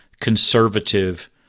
conservative